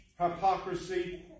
hypocrisy